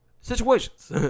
Situations